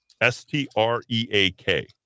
s-t-r-e-a-k